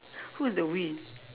who is the we